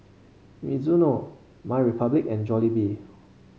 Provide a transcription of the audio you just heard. Mizuno MyRepublic and Jollibee